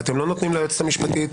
ואתם לא נותנים ליועצת המשפטית,